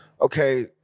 okay